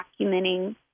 documenting